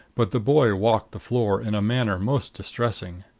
but the boy walked the floor in a manner most distressing.